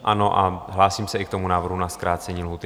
Ano, a hlásím se i k návrhu na zkrácení lhůty.